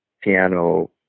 piano